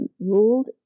ruled